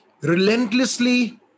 relentlessly